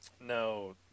No